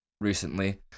recently